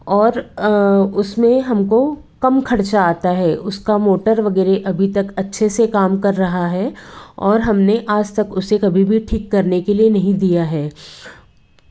और उसमें हमको कम खर्चा आता है उसका मोटर वगैरह अभी तक अच्छे से काम कर रहा है और हमने आज तक उसको कभी भी ठीक करने के लिए नहीं दिया है